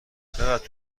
چقدر